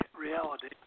reality